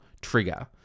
trigger